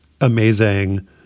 amazing